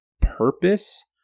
purpose